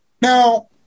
Now